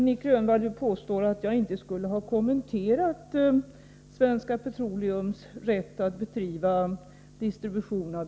Nic Grönvall påstår att jag inte skulle ha kommenterat den frågan.